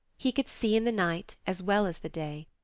he could see in the night as well as the day.